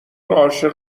عاشق